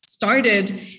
Started